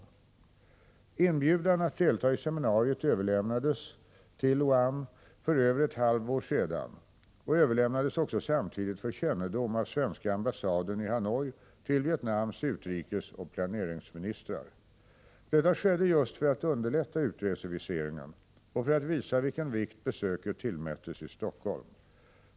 i: Inbjudan att delta i seminariet överlämnades till Nguyen Xuan Oanh för över ett halvår sedan och överlämnades också samtidigt för kännedom av svenska ambassaden i Hanoi till Vietnams utrikesoch planeringsministrar. Detta skedde just för att underlätta utreseviseringen och för att visa vilken vikt besöket tillmättes i Stockholm.